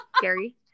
Gary